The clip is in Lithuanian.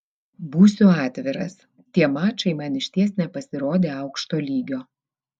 būsiu atviras tie mačai man išties nepasirodė aukšto lygio